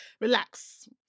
Relax